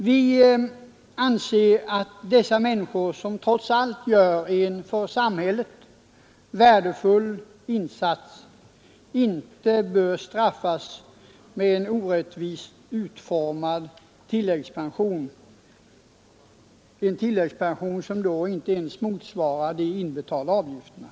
Vi måste tillse att dessa människor, som trots allt gör en för samhället värdefull insats, inte straffas med en orättvist utformad tilläggspension, som inte ens motsvarar de inbetalda avgifterna.